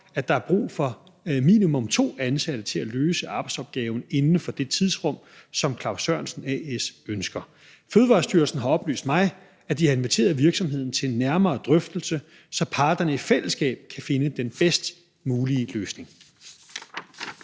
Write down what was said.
at der er brug for minimum to ansatte til at løse arbejdsopgaven inden for det tidsrum, som Claus Sørensen A/S ønsker. Fødevarestyrelsen har oplyst mig, at de har inviteret virksomheden til en nærmere drøftelse, så parterne i fællesskab kan finde den bedst mulige løsning.